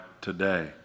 today